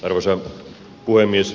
arvoisa puhemies